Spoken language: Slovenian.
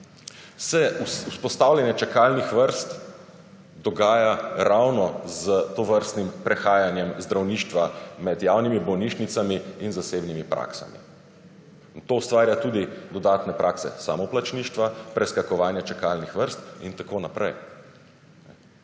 se vzpostavljanje čakalnih vrst dogaja ravno s tovrstnim prehajanjem zdravništva med javnimi bolnišnicami in zasebnimi praksami. In to ustvarja tudi dodatne prakse samoplačništva, preskakovanje čakalnih vrst in tako naprej.